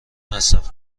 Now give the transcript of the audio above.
مصرف